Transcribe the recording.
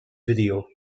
video